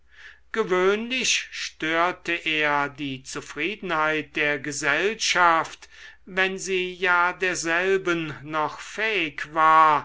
gewöhnlich störte er die zufriedenheit der gesellschaft wenn sie ja derselben noch fähig war